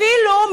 אבל הם אפילו,